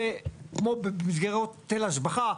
כמו מסגרות היטל השבחה,